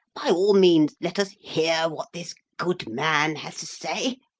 by all means let us hear what this good man has to say.